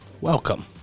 welcome